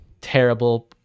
terrible